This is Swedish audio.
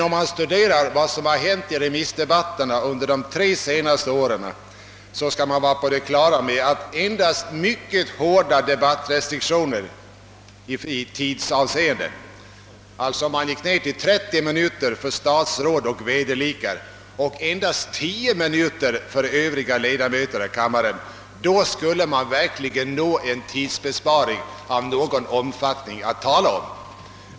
Om man studerar de långvariga remissdebatterna under de tre senaste åren, visar det sig att endast mycket hårda tidsbegränsningar — 30 minuter för statsråd och vederlikar och 10 minuter för övriga ledamöter av kammaren — skulle ge en tidsbesparing av någon omfattning att tala om.